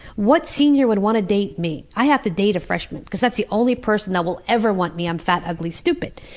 what senior would want to date me? i have to date a freshman, because that's the only person that will ever want me i'm fat, ugly, stupid.